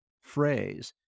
phrase